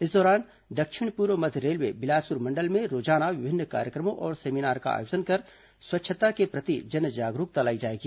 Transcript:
इस दौरान दक्षिण पूर्व मध्य रेलवे बिलासपुर मंडल में रोजाना विभिन्न कार्यक्रमों और सेमीनार का आयोजन कर स्वच्छता के प्रति जन जागरूकता लाई जाएगी